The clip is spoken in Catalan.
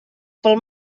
pel